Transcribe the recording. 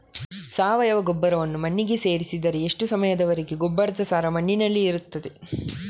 ಸಾವಯವ ಗೊಬ್ಬರವನ್ನು ಮಣ್ಣಿಗೆ ಸೇರಿಸಿದರೆ ಎಷ್ಟು ಸಮಯದ ವರೆಗೆ ಗೊಬ್ಬರದ ಸಾರ ಮಣ್ಣಿನಲ್ಲಿ ಇರುತ್ತದೆ?